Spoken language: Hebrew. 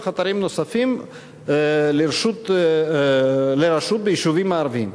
אתרים נוספים לרשות היישובים הערביים.